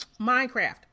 Minecraft